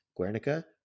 Guernica